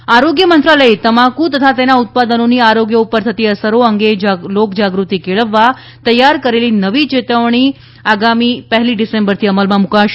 તમાકૂ ચેતવણી આરોગ્ય મંત્રાલયે તમાકુ તથા તેના ઉત્પાદનોની આરોગ્ય ઉપર થતી અસરો અંગે લોકજાગૃતિ કેળવવા તૈયાર કરેલી નવી ચેતવણો આગામી પહેલી ડિસેમ્બરથી અમલમાં મૂકાશે